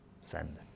Send